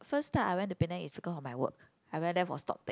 first time I went to Penang is because for my work I went there for stocktake